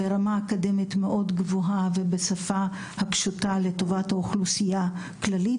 ברמה אקדמית מאוד גבוהה ובשפה הפשוטה לטובת האוכלוסייה הכללית.